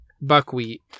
buckwheat